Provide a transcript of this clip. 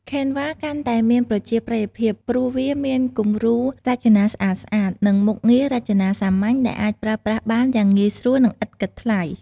Canva កាន់តែមានប្រជាប្រិយភាព ព្រោះវាមានគំរូរចនាស្អាតៗ និងមុខងាររចនាសាមញ្ញដែលអាចប្រើប្រាស់បានយ៉ាងងាយស្រួល និងឥតគិតថ្លៃ។